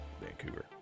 Vancouver